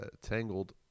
Tangled